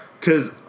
cause